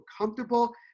comfortable